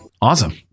awesome